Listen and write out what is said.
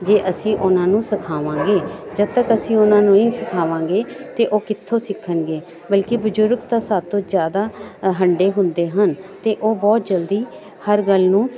ਜੇ ਅਸੀਂ ਉਹਨਾਂ ਨੂੰ ਸਿਖਾਵਾਂਗੇ ਜਦੋਂ ਤੱਕ ਅਸੀਂ ਉਹਨਾਂ ਨੂੰ ਨਹੀਂ ਸਿਖਾਵਾਂਗੇ ਤਾਂ ਉਹ ਕਿੱਥੋਂ ਸਿੱਖਣਗੇ ਬਲਕਿ ਬਜ਼ੁਰਗ ਤਾਂ ਸਾਡੇ ਤੋਂ ਜ਼ਿਆਦਾ ਅ ਹੰਢੇ ਹੁੰਦੇ ਹਨ ਅਤੇ ਉਹ ਬਹੁਤ ਜਲਦੀ ਹਰ ਗੱਲ ਨੂੰ